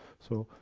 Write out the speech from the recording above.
so,